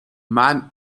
man